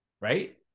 right